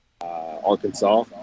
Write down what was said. Arkansas